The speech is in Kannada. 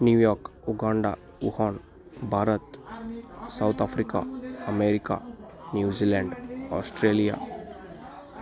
New York Uganda Wuhan Bharat South Africa America New Zealand Australia